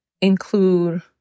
Include